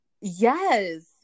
yes